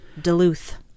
duluth